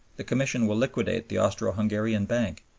the commission will liquidate the austro-hungarian bank,